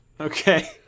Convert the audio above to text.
Okay